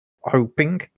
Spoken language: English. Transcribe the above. hoping